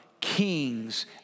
Kings